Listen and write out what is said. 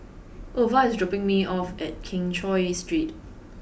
ova is dropping me off at Keng Cheow Street